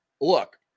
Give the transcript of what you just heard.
look